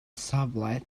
safle